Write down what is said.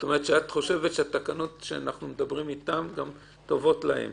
חושבת שהתקנות שאנחנו מדברים עליהן גם טובות להם?